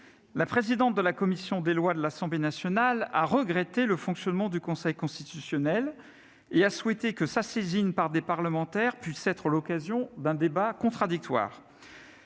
la présidente de la commission des lois de l'Assemblée nationale a regretté le fonctionnement du Conseil constitutionnel et a souhaité que sa saisine par des parlementaires puisse être l'occasion d'un débat contradictoire.